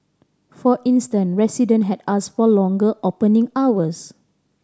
for instance resident had ask for longer opening hours